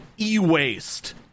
e-waste